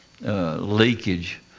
Leakage